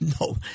No